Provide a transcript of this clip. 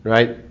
Right